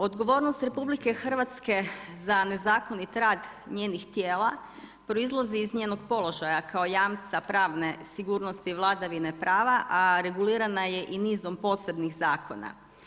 Odgovornost RH za nezakonit rad njenih tijela proizlazi iz njenog položaja kao jamca pravne sigurnosti i vladavine prava, a regulirana je i nizom posebnih zakona.